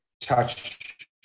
touch